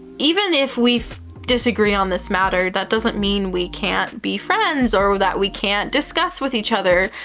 even if we disagree on this matter, that doesn't mean we can't be friends or that we can't discuss with each other,